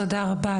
תודה רבה,